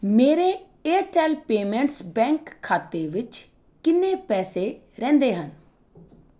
ਮੇਰੇ Airtel payments bank ਖਾਤੇ ਵਿੱਚ ਕਿੰਨੇ ਪੈਸੇ ਰਹਿੰਦੇ ਹਨ